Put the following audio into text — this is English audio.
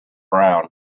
brown